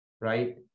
right